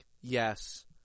Yes